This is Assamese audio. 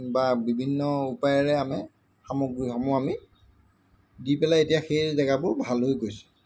বা বিভিন্ন উপায়েৰে আমি সামগ্ৰীসমূহ আমি দি পেলাই এতিয়া সেই জেগাবোৰ ভাল হৈ গৈছে